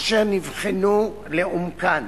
אשר נבחנו לעומקן.